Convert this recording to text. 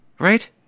right